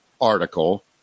article